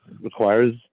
requires